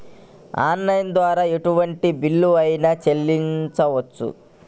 Online ద్వారా ఎటువంటి bill అయినా చెల్లించవచ్చా?